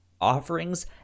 offerings